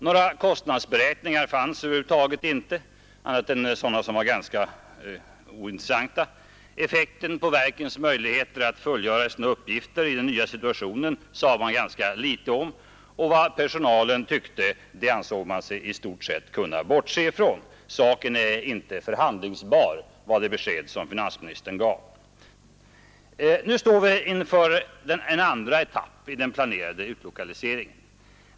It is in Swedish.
Några kostnadsberäkningar fanns över huvud taget inte — annat än sådana som var ganska ointressanta —, effekten på verkens möjligheter att fullgöra sina uppgifter i den nya situationen sade man ganska litet om, och vad personalen tyckte ansåg man sig i stort sett kunna bortse från. Saken är inte förhandlingsbar, var det besked finansministern gav. Nu står vi inför en andra etapp i den planerade utlokaliseringen.